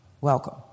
Welcome